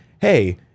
hey